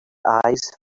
eyes